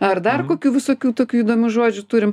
ar dar kokių visokių tokių įdomių žodžių turim